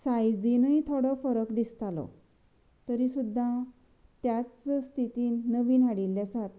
सायजीनूय थोडो फरक दिसतालो तरी सुद्दां त्याच स्थितीन नवीन हाडिल्ले आसात